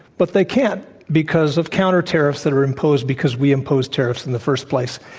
but they can't because of counter tariffs that are imposed because we imposed tariffs in the first place.